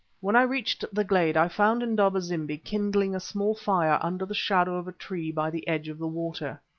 when i reached the glade i found indaba-zimbi kindling a small fire under the shadow of a tree by the edge of the water.